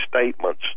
statements